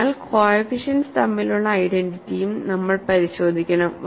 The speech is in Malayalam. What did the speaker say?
അതിനാൽ കോഎഫിഷ്യന്റ്സ് തമ്മിലുള്ള ഐഡന്റിറ്റിയും നമ്മൾ പരിശോധിക്കണം